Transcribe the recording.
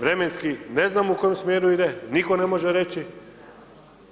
Vremenski ne znam u kojem smjeru ide, nitko ne može reći